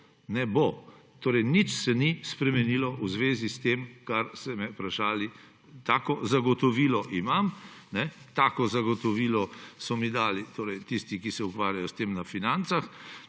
Torej, nič se ni spremenilo v zvezi s tem, kar ste me vprašali. Tako zagotovilo imam. Tako zagotovilo so mi dali tisti, ki se ukvarjajo s tem na financah,